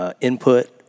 input